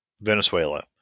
Venezuela